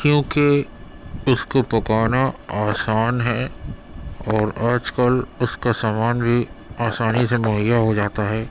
کیونکہ اس کو پکانا آسان ہے اور آج کل اس کا سامان بھی آسانی سے مہیا ہوجاتا ہے